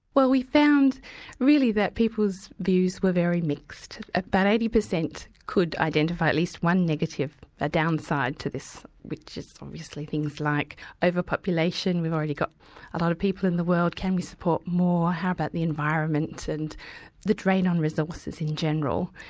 well we found really that people's views were very mixed. about eighty percent could identify at least one negative downside to this, which is obviously things like overpopulation we've already got a lot of people in the world, can we support more? how about the environment? and the drain on resources in general.